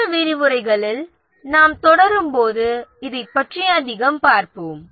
மற்ற விரிவுரைகளில் நாம் தொடரும்போது இதைப் பற்றி அதிகம் பார்ப்போம்